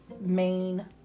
main